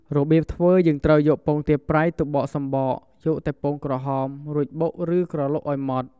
របៀបធ្វើយើងត្រូវយកពងទាប្រៃទៅបកសំបក យកតែពងក្រហម រួចបុកឬក្រឡុកឱ្យម៉ដ្ឋ។